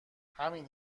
همین